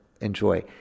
enjoy